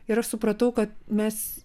ir aš supratau kad mes